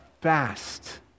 fast